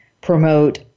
promote